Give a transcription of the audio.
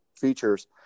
features